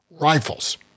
rifles